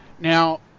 Now